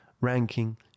ranking